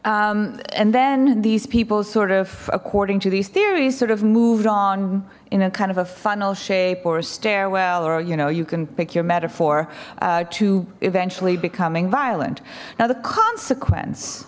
muslims and then these people sort of according to these theories sort of moved on in a kind of a funnel shape or stairwell or you know you can pick your metaphor to eventually becoming violent now the consequence